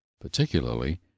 particularly